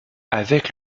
avec